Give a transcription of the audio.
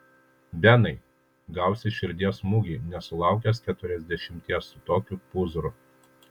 benai gausi širdies smūgį nesulaukęs keturiasdešimties su tokiu pūzru